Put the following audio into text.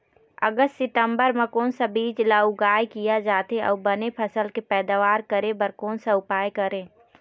अगस्त सितंबर म कोन सा बीज ला उगाई किया जाथे, अऊ बने फसल के पैदावर करें बर कोन सा उपाय करें?